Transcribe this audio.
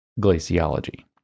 glaciology